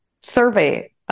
survey